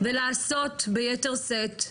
ולעסוק ביתר שאת.